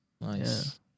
Nice